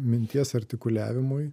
minties artikuliavimui